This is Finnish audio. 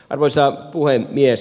arvoisa puhemies